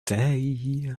day